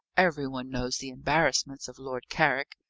every one knows the embarrassments of lord carrick.